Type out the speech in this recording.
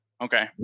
Okay